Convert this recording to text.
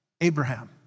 Abraham